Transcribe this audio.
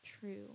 true